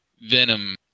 Venom